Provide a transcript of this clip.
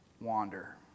wander